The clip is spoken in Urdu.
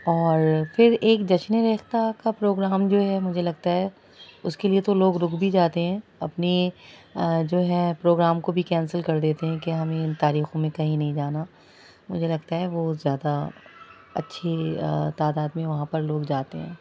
اور پھر ایک جشنِ ریختہ کا پروگرام جو ہے مجھے لگتا ہے اس کے لیے تو لوگ رک بھی جاتے ہیں اپنی جو ہے پروگرام کو بھی کینسل کر دیتے ہیں کہ ہمیں ان تاریخوں میں کہیں نہیں جانا مجھے لگتا ہے بہت زیادہ اچھی تعداد میں وہاں پر لوگ جاتے ہیں